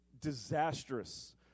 disastrous